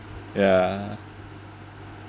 ya